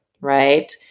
right